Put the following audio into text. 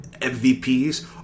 MVPs